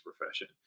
profession